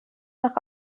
nach